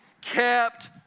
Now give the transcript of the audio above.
kept